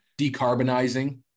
decarbonizing